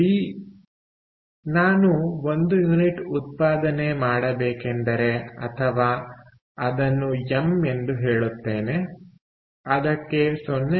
B ನಾನು 1 unit ಉತ್ಪಾದನೆ ಮಾಡಬೇಕೆಂದರೆ ಅಥವಾ ಅದನ್ನು ಎಂ ಎಂದು ಹೇಳುತ್ತೇನೆ ಅದಕ್ಕೆ 0